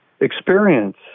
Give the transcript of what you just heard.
experience